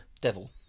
Devil